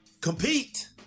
compete